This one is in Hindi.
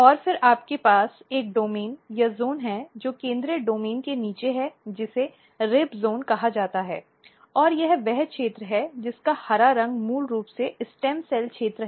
और फिर आपके पास एक डोमेन या ज़ोन है जो केंद्रीय डोमेन के नीचे है जिसे रिब ज़ोन कहा जाता है और यह वह क्षेत्र है जिसका हरा रंग मूल रूप से स्टेम सेल क्षेत्र है